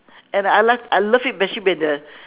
and I like I love it especially when the